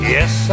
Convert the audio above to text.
Yes